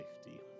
safety